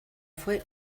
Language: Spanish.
fué